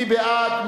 מי בעד?